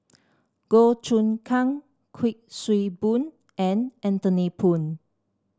Goh Choon Kang Kuik Swee Boon and Anthony Poon